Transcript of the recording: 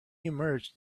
emerged